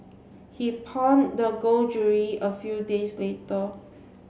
he pawned the gold jewellery a few days later